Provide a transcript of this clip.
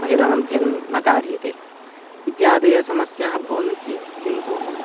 महिलानाम् अध्ययनं न कार्यते इत्यादयः समस्याः भवन्त्येव किन्तु